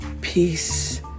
peace